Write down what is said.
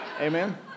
Amen